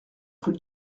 rue